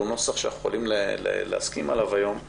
נוסח שאנחנו יכולים להסכים עליו היום,